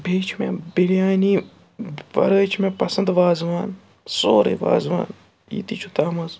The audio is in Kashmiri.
بیٚیہِ چھِ مےٚ بِریانی ورٲے چھِ مےٚ پَسنٛد وازٕوان سورُے وازٕوان یہِ تہِ چھُ تَتھ منٛز